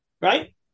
Right